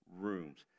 rooms